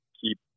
keep